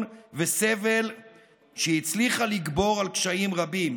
וסבל שהצליחה לגבור על קשיים רבים.